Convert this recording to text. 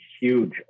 huge